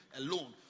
alone